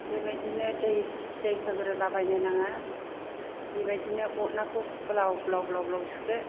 बेबायदिनो दै दै होग्रोलाबायनो नाङा बेबायदिनो अदनाखौ ब्लाव ब्लाव ब्लाव सुदो